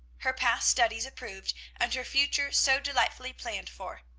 her past studies approved, and her future so delightfully planned for.